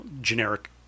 generic